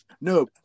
No